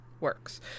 works